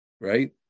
right